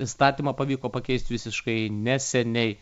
įstatymą pavyko pakeist visiškai neseniai